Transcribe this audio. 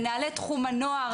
מנהלי תחום הנוער,